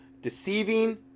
deceiving